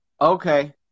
Okay